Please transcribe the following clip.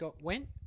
went